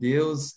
Deus